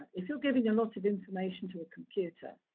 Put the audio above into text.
if you're giving a lot of information to a computer,